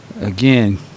Again